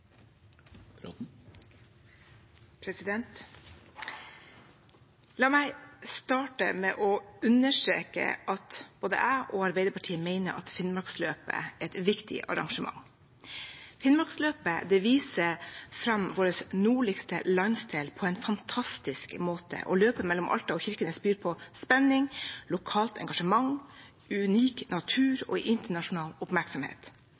La meg starte med å understreke at både jeg og Arbeiderpartiet mener at Finnmarksløpet er et viktig arrangement. Finnmarksløpet viser fram vår nordligste landsdel på en fantastisk måte, og løpet mellom Alta og Kirkenes byr på spenning, lokalt engasjement, unik natur og internasjonal oppmerksomhet.